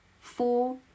Four